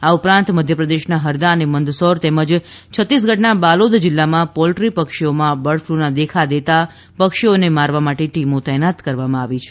આ ઉપરાંત મધ્યપ્રદેશના હરદા અને મંદસૌર તેમજ છત્તીસગઢના બાલોદ જિલ્લામાં પોલ્ટ્રી પક્ષીઓમાં બર્ડફ્લૂના દેખા દેતા પક્ષીઓને મારવા માટે ટીમો તૈનાત કરવામાં આવી છે